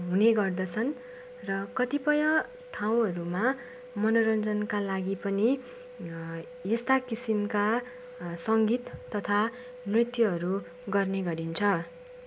हुने गर्दछन् र कतिपय ठाउँहरूमा मनोरञ्जनका लागि पनि यस्ता किसिमका सङ्गीत तथा नृत्यहरू गर्ने गरिन्छ